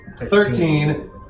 thirteen